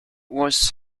was